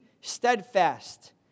steadfast